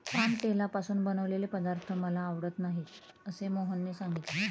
palm तेलापासून बनवलेले पदार्थ मला आवडत नाहीत असे मोहनने सांगितले